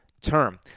term